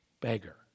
beggar